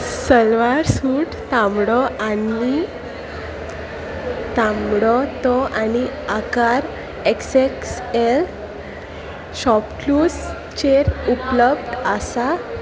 salwar suit तांबडो आनी तांबडो तो आनी आकार एक्सेक्सएल शॉपक्लूज चेर उपलब्ध आसा